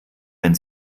wenn